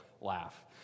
laugh